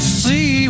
see